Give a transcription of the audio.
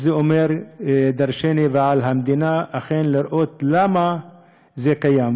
אז זה אומר דורשני, ועל המדינה לראות למה זה קיים.